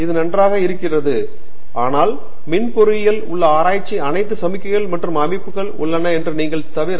இது நன்றாக இருக்கிறது ஆனால் மின் பொறியியல் உள்ள ஆராய்ச்சி அனைத்து சமிக்ஞைகள் மற்றும் அமைப்புகள் உள்ளது என்று நீங்கள் தவிர